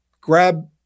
grab